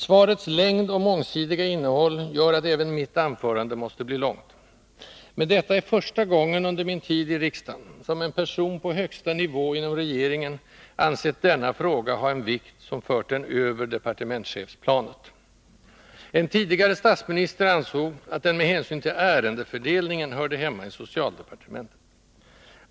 Svarets längd och mångsidiga innehåll göratt även mitt anförande måste bli långt. Men detta är första gången under min tid i riksdagen som en person på högsta nivå inom regeringen ansett denna fråga ha en vikt som fört den över departementschefsplanet. En tidigare statsminister ansåg att den med hänsyn till ärendefördelningen hörde hemma i socialdepartementet.